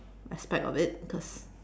aspect of it cause